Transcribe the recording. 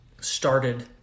started